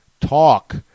talk